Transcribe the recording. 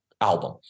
album